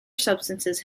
substances